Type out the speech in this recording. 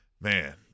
man